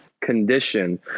Condition